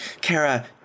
kara